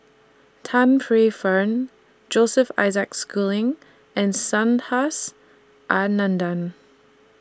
Tan Paey Fern Joseph Isaac Schooling and Anandan